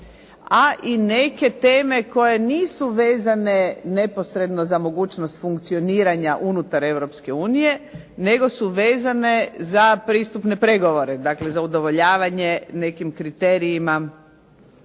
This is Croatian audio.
a i neke teme koje nisu vezane neposredno za mogućnost funkcioniranja unutar EU nego su vezane za pristupne pregovore, dakle za udovoljavanje nekim kriterijima